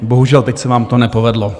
Bohužel teď se vám to nepovedlo.